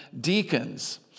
deacons